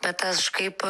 bet aš kaip